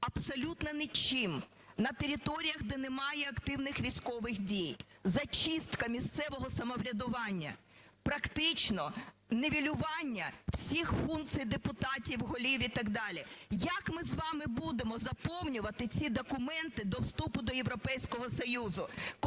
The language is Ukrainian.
абсолютно нічим на територіях, де немає активних військових дій, зачистка місцевого самоврядування, практично нівелювання всіх функцій депутатів, голів і так далі, як ми з вами будемо заповнювати ці документи до вступу до Європейського Союзу,